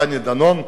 דני דנון,